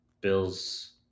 Bill's